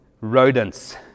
rodents